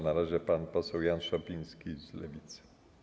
Na razie pan poseł Jan Szopiński z Lewicy.